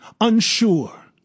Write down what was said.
Unsure